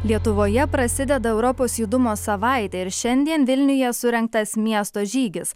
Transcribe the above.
lietuvoje prasideda europos judumo savaitė ir šiandien vilniuje surengtas miesto žygis